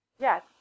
yes